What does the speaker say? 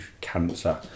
cancer